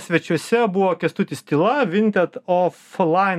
svečiuose buvo kęstutis tyla vintet oflain